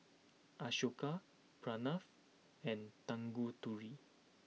Ashoka Pranav and Tanguturi